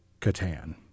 Catan